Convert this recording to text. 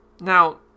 Now